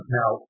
now